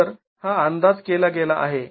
तर हा अंदाज केला गेला आहे